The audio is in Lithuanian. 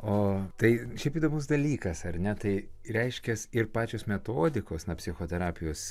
o tai šiaip įdomus dalykas ar ne tai reiškias ir pačios metodikos na psichoterapijos